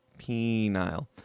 Penile